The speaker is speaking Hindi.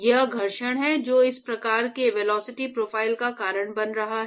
यह घर्षण है जो इस प्रकार के वेलोसिटी प्रोफाइल का कारण बन रहा है